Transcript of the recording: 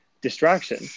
distraction